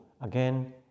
again